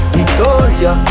Victoria